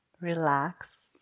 Relax